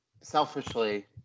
selfishly